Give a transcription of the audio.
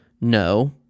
no